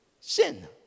sin